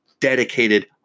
dedicated